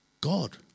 God